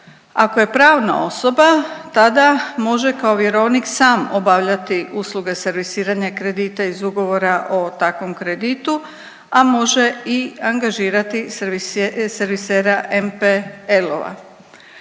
Ako je pravna osoba tada može kao vjerovnik sam obavljati usluge servisiranja kredita iz ugovora o takvom kreditu, a može i angažirati servisera MPL-ova.